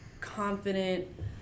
confident